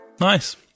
Nice